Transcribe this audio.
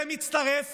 זה מצטרף